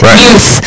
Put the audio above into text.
youth